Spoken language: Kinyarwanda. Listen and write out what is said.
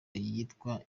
iyitwa